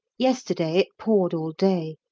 yesterday it poured all day.